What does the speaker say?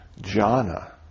jhana